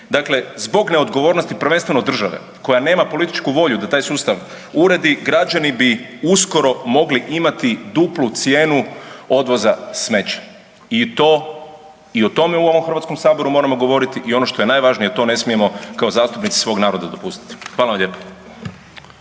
Dakle, zbog neodgovornosti prvenstveno države koja nema političku volju da taj sustav uredi, građani bi uskoro mogli imati duplu cijenu odvoza smeća i o tome u ovom HS moramo govoriti i ono što je najvažnije to ne smijemo kao zastupnici svog naroda dopustiti. Hvala vam lijepo.